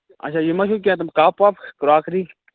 اچھا یِم مہ چھُو کیٚنہہ تِم کَپ وَپ کرٛاکری